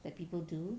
that people do